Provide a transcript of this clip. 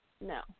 No